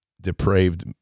depraved